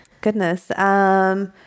Goodness